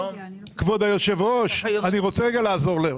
כבוד היושב-ראש, אני רוצה רגע לעזור לו.